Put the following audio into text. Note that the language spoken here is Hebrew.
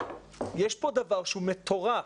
דבר שהוא מטורף: